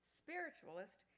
spiritualist